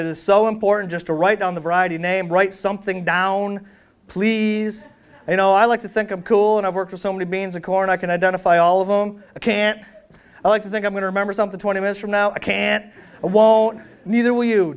it is so important just to write down the variety name write something down please you know i like to think i'm cool and i work for so many beans of corn i can identify all of them can't i like to think i'm going to remember something twenty minutes from now i can't or won't neither will you